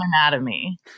anatomy